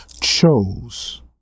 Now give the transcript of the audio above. chose